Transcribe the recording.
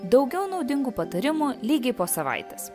daugiau naudingų patarimų lygiai po savaitės